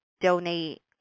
donate